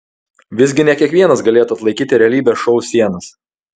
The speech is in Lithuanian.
visgi ne kiekvienas galėtų atlaikyti realybės šou sienas